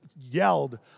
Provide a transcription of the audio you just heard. yelled